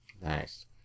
nice